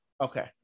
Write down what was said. okay